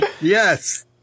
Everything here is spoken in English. Yes